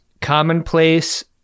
commonplace